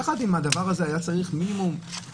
יחד עם הדבר הזה היה צריך לעשות מינימום שני